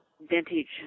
vintage